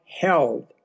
held